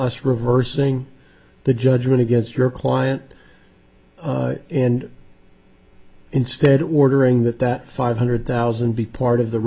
us reversing the judgment against your client and instead ordering that that five hundred thousand be part of the